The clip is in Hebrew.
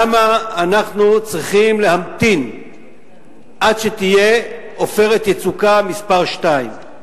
למה אנחנו צריכים להמתין עד שתהיה "עופרת יצוקה" מס' 2?